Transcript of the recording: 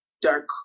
dark